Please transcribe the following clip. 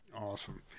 Awesome